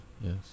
Yes